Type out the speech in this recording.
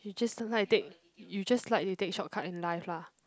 you just like to take you just like to take shortcut in life lah